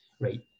right